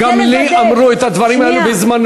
גם לי אמרו את הדברים האלה בזמני.